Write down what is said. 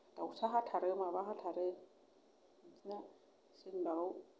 दाउसा हाथारो माबा हाथारो बिदिनो जोंनाव